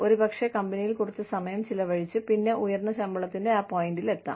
ഒരുപക്ഷേ കമ്പനിയിൽ കുറച്ച് സമയം ചിലവഴിച്ച് പിന്നെ ഉയർന്ന ശമ്പളത്തിന്റെ ആ പോയിന്റിലെത്താം